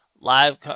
Live